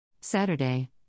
Saturday